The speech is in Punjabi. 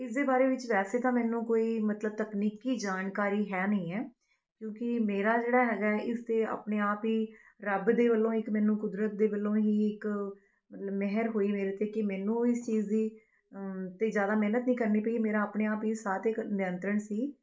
ਇਸ ਦੇ ਬਾਰੇ ਵਿੱਚ ਵੈਸੇ ਤਾਂ ਮੈਨੂੰ ਕੋਈ ਮਤਲਬ ਤਕਨੀਕੀ ਜਾਣਕਾਰੀ ਹੈ ਨਹੀਂ ਹੈ ਕਿਉਂਕਿ ਮੇਰਾ ਜਿਹੜਾ ਹੈਗਾ ਇਸ 'ਤੇ ਆਪਣੇ ਆਪ ਹੀ ਰੱਬ ਦੇ ਵੱਲੋਂ ਇੱਕ ਮੈਨੂੰ ਕੁਦਰਤ ਦੇ ਵੱਲੋਂ ਹੀ ਇੱਕ ਮਤਲਬ ਮਿਹਰ ਹੋਈ ਮੇਰੇ 'ਤੇ ਕਿ ਮੈਨੂੰ ਇਸ ਚੀਜ਼ ਦੀ ਅਤੇ ਜ਼ਿਆਦਾ ਮਿਹਨਤ ਨਹੀਂ ਕਰਨੀ ਪਈ ਮੇਰਾ ਆਪਣੇ ਆਪ ਹੀ ਸਾਹ 'ਤੇ ਕੰ ਨਿਯੰਤਰਨ ਸੀ